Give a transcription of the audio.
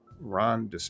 Ron